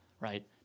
right